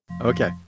Okay